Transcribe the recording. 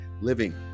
living